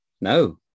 No